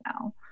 now